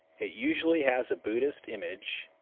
it usually has a buddhist image,